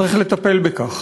צריך לטפל בכך.